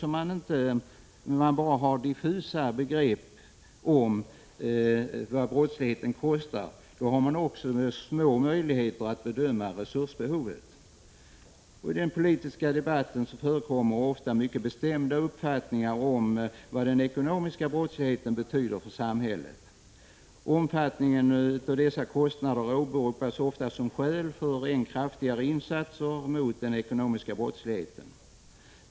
Vi hävdar ändå att så länge man bara har diffusa begrepp om vad 28 maj 1986 denna brottslighet kostar har man också små möjligheter att bedöma resursbehovet. I den politiska debatten förekommer ofta mycket bestämda uppfattningar om vad den ekonomiska brottsligheten betyder för samhället. Omfattningen av dessa kostnader åberopas ofta som skäl för än kraftigare insatser mot den ekonomiska brottsligheten.